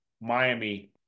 Miami